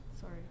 Sorry